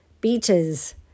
Beaches